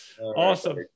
Awesome